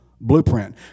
blueprint